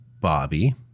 Bobby